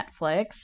netflix